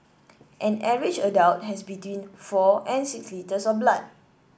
an average adult has between four and six litres of blood